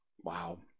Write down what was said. Wow